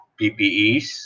PPEs